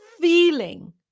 feeling